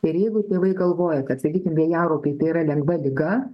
ir jeigu tėvai galvoja kad sakykim vėjaraupiai tai yra lengva liga